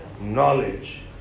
knowledge